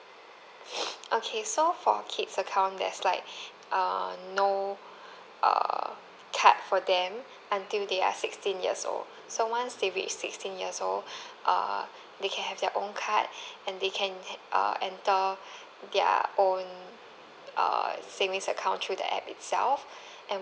okay so for kids account there's like err no err card for them until they are sixteen years old so once they reach sixteen years old err they can have their own card and they can have uh enter their own err savings account through the app itself and